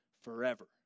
forever